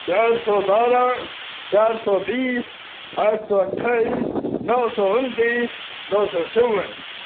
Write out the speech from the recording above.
چار سو بارہ چار سو بیس آٹھ سو اٹھائیس نو سو انتیس دو سو چون